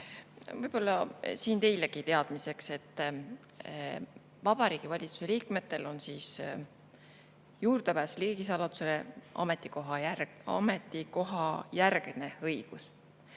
Võib-olla teilegi teadmiseks, et Vabariigi Valitsuse liikmetel on juurdepääs riigisaladusele ametikohajärgne õigus.